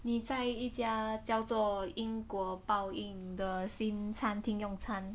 你在一家叫做因果报应的新餐厅用餐